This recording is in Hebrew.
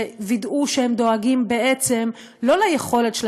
שווידאו שהם דואגים בעצם לא ליכולת של